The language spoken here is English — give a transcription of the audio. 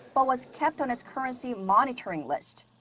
but was kept on its currency monitoring list.